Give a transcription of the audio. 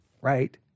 right